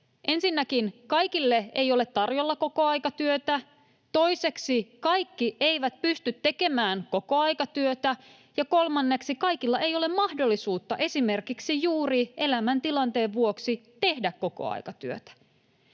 Ensinnäkin kaikille ei ole tarjolla kokoaikatyötä. Toiseksi kaikki eivät pysty tekemään kokoaikatyötä, ja kolmanneksi kaikilla ei ole mahdollisuutta tehdä kokoaikatyötä esimerkiksi juuri elämäntilanteen vuoksi. Eikö